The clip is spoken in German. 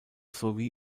sowie